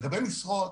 לגבי משרות